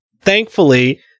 thankfully